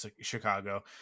Chicago